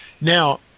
Now